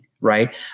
right